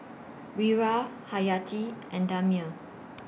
Wira Hayati and Damia